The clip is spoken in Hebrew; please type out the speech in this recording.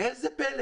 וראה זה פלא: